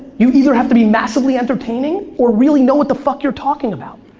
you either have to be massively entertaining or really know what the fuck you're talking about.